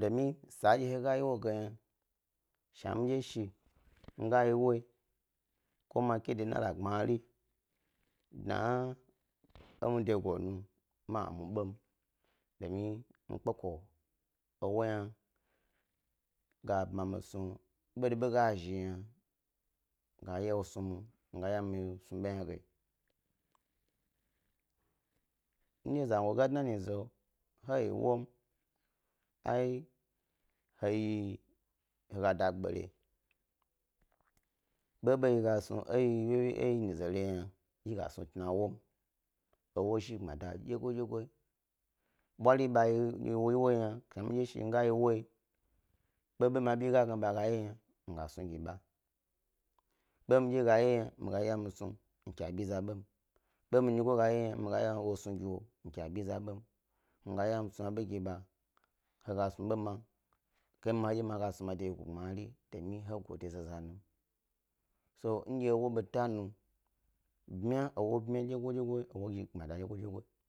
domin san dye he gayi ewo ye yna shne midye shi mi ga yi woyi ko ma ke de nara gbnari dna e mi degu nu ma muɓem domin mi kpeko ewo hna ga ba mi snu, ɓoɓo ga zhi yna, ga eya snu mi, ga eya snu ɓedye hna gen dye zango ga dna nyize he yi wom, ai he yi he ga da gbare, bebewo yi gas nu enyize re yna yi gas nu tna ewom, ewo zhi gbmada dyego dyegoyi bwari ɓa yi ewo yna, shna midye shi mi ga yi woyi ɓoɓo mi bi gna ba ye yna miga ɓnu ge ɓa, ɓo midye ye yna mi gas nu mi keg a bi za ɓom bo mi nyigo ye yna mi iya mi snu gi wo mi ke bi za ɓom mi ga eya mi snug e ɓa, he snu abo ma, ke ma he snu aɓo ma de wye gu gbnari yi domin he go de zaza yin um so ndye ewo beta nu bmya ewo bmya dyego dyego ewo zhi gbmada dyego dyego.